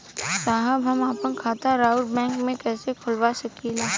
साहब हम आपन खाता राउर बैंक में कैसे खोलवा सकीला?